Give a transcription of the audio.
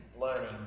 learning